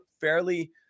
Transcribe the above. fairly